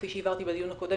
כפי שהבהרתי בדיון הקודם,